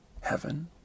heaven